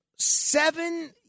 seven